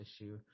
issue